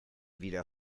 wieder